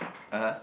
(uh huh)